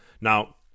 Now